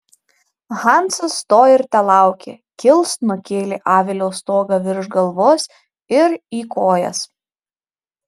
hansas to ir telaukė kilst nukėlė avilio stogą virš galvos ir į kojas